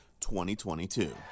2022